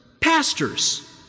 pastors